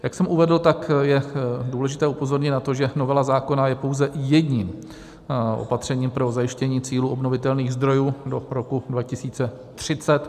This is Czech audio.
Jak jsem uvedl, je důležité upozornit na to, že novela zákona je pouze jedním opatřením pro zajištění cílů obnovitelných zdrojů do roku 2030.